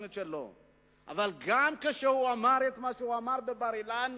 אבל גם כשהוא אמר את מה שאמר בבר-אילן,